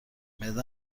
معده